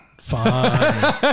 Fine